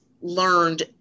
learned